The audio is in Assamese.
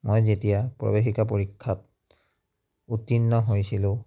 মই যেতিয়া প্ৰৱেশিকা পৰীক্ষাত উত্তীৰ্ণ হৈছিলোঁ